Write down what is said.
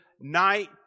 night